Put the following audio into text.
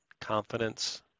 confidence